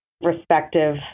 respective